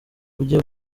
ugiye